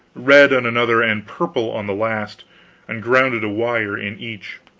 red on another, and purple on the last and grounded a wire in each.